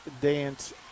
Dance